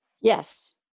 Yes